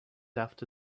after